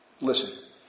Listen